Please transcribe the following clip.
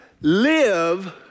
live